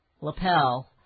lapel